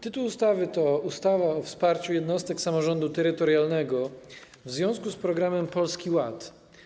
Tytuł ustawy to: ustawa o wsparciu jednostek samorządu terytorialnego w związku z programem Polski Ład.